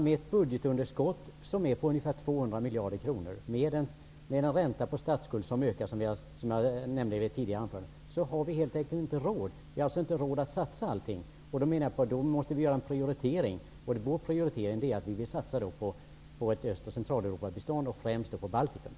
Med ett budgetunderskott på ungefär 200 miljarder kronor och med en ränta på statsskulden som ökar, vilket jag nämnde i mitt tidigare anförande, har vi helt enkelt inte råd. Vi har inte råd att satsa allt. Då måste vi göra en prioritering. Vår prioritering är att satsa på ett bistånd till Öst och Centraleuropa, främst till Baltikum.